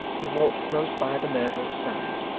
he walked close by the murderer's side,